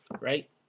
right